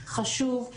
חשוב,